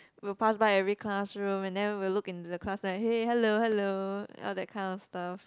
we'll pass by every classroom and then we will look into the class like hey hello hello all that kind of stuff